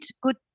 good